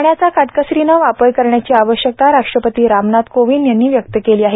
पाण्याचा काटकसरीने वापर करण्याची आवश्यकता राष्ट्रपती रामनाथ कोविंद यांनी व्यक्त केली आहे